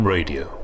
Radio